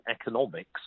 economics